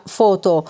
foto